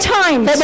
times